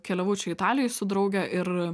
keliavau čia italijoj su drauge ir